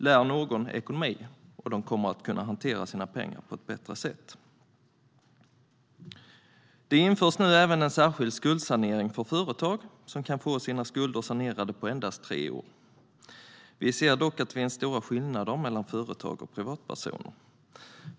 Lär någon ekonomi, och denne kommer att hantera sina pengar på ett bättre sätt. Den införs nu även en särskild skuldsanering för företag, som kan få sina skulder sanerade på endast tre år. Vi ser dock att det finns stora skillnader mellan företag och privatpersoner.